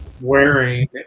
wearing